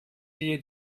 wir